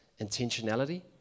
intentionality